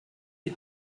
die